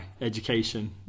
education